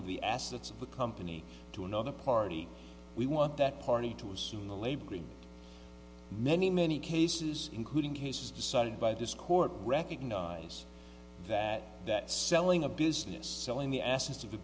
of the assets of the company to another party we want that party to assume the laboring many many cases including cases decided by this court recognize that that selling a business selling the assets of